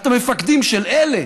אתם מפקדים של אלה